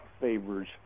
favors